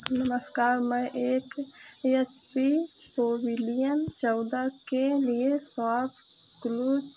नमस्कार मैं एक एच पी पैविलियन चौदह के लिए शॉपक्लूज़ पर दिए गए अपने ऑर्डर की जाँच कर रहा हूँ एक आप इसकी इस्थिति की पुष्टि कर सकते हैं मेरा पन्जीकृत फ़ोन नम्बर अड़तालीस बासठ के साथ समाप्त होता है